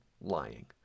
lying